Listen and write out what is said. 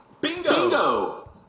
bingo